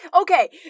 Okay